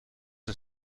een